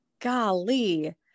golly